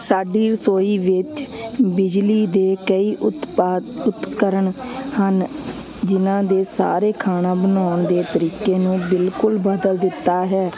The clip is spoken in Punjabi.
ਸਾਡੀ ਰਸੋਈ ਵਿੱਚ ਬਿਜਲੀ ਦੇ ਕਈ ਉਤਪਾਦ ਉਪਕਰਨ ਹਨ ਜਿਨ੍ਹਾਂ ਦੇ ਸਾਰੇ ਖਾਣਾ ਬਣਾਉਣ ਦੇ ਤਰੀਕੇ ਨੂੰ ਬਿਲਕੁਲ ਬਦਲ ਦਿੱਤਾ ਹੈ